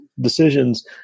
decisions